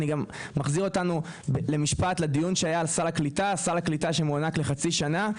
אני גם מחזיר אותנו לדיון שהיה על סל הקליטה שמוענק לחצי שנה.